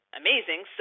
amazing